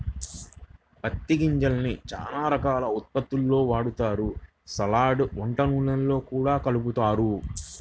పత్తి గింజల్ని చానా రకాల ఉత్పత్తుల్లో వాడతారు, సలాడ్, వంట నూనెల్లో గూడా కలుపుతారు